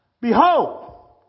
Behold